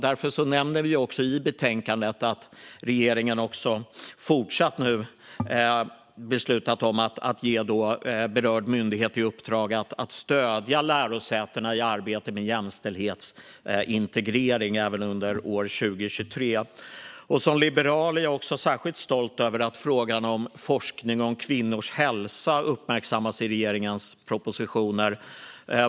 Därför nämner vi också i betänkandet att regeringen har beslutat att även i fortsättningen ge berörd myndighet i uppdrag att stödja lärosätena i arbetet med jämställdhetsintegrering även under 2023. Som liberal är jag också särskilt stolt över att frågan om forskning om kvinnors hälsa har uppmärksammats i regeringens propositioner.